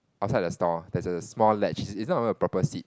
outside the store there is a small ledge it's not even a proper seat